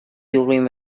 urim